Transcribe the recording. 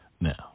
now